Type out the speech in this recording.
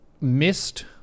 missed